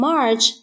March